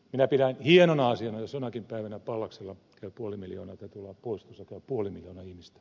minä pidän hienona asiana jos jonakin päivänä pallaksella käy puoli miljoonaa ihmistä